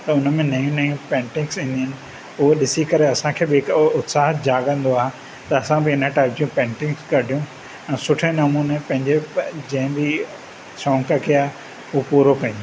त हुन में नयूं नयूं पैंटिंग्स ईंदियूं आहिनि उहो ॾिसी करे असांखे बि हिकु उहो उत्साह जाॻंदो आहे त असां बि टाइप जूं पैंटिंग्स कढियूं ऐं सुठे नमूने पंहिंजे जंहिं बि शौक़ु कयां उहो पूरो कयूं